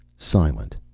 silent.